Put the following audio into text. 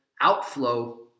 outflow